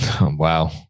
Wow